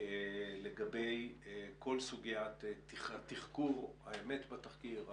לגבי כל סוגיית תחקור, האמת בתחקיר,